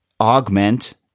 augment